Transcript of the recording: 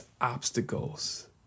obstacles